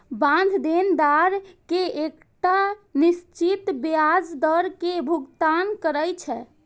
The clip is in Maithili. बांड देनदार कें एकटा निश्चित ब्याज दर के भुगतान करै छै